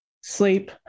Sleep